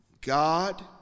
God